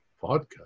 vodka